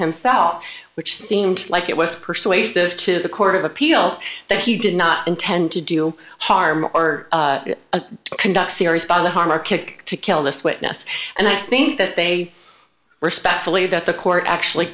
himself which seemed like it was persuasive to the court of appeals that he did not intend to do harm or conduct serious bodily harm or kick to kill this witness and i think that they respect fully that the court actually